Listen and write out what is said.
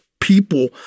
people